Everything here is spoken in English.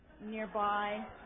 nearby